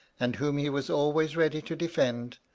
and whom he was always ready to defend,